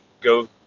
go